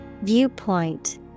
Viewpoint